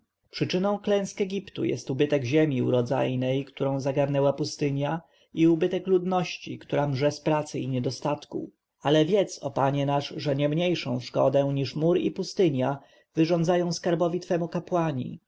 przyczyną klęsk egiptu jest ubytek ziemi urodzajnej którą zagarnęła pustynia i ubytek ludności która mrze z pracy i niedostatku ale wiedz o panie nasz że niemniejszą szkodę niż mór i pustynia wyrządzają skarbowi twemu kapłani